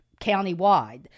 countywide